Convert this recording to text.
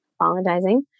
apologizing